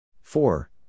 Four